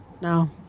No